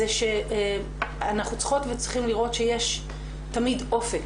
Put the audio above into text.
היא שאנחנו צריכות וצריכים לראות שיש תמיד אופק,